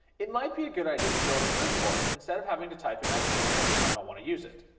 it might be a good idea to build a group for it instead of having to type in that command every time i want to use it.